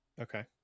Okay